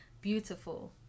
beautiful